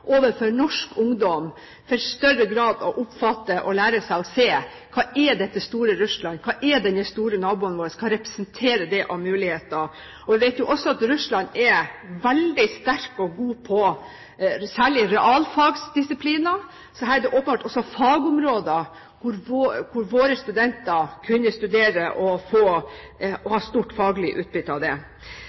overfor norsk ungdom for at de i større grad kan oppfatte og lære seg å se hva Russland, denne store naboen vår, er, og hva det representerer av muligheter? Vi vet jo også at Russland er veldig sterk og god på særlig realfagsdisiplinene. Her er det åpenbart også fagområder hvor våre studenter kunne studert og hatt stort faglig utbytte av det.